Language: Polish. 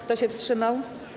Kto się wstrzymał?